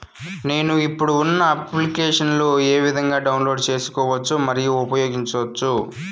నేను, ఇప్పుడు ఉన్న అప్లికేషన్లు ఏ విధంగా డౌన్లోడ్ సేసుకోవచ్చు మరియు ఉపయోగించొచ్చు?